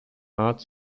art